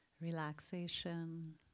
relaxation